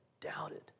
doubted